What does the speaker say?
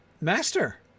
master